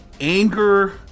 anger